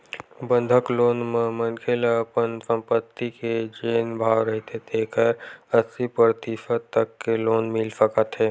बंधक लोन म मनखे ल अपन संपत्ति के जेन भाव रहिथे तेखर अस्सी परतिसत तक के लोन मिल सकत हे